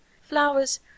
Flowers